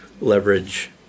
leverage